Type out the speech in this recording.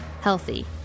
healthy